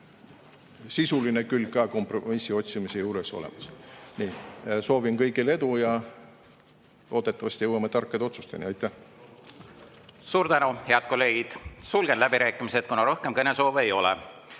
sisuline külg kompromissi otsimise juures olemas. Soovin kõigile edu ja loodetavasti jõuame tarkade otsusteni. Aitäh!